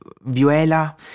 viola